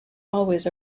always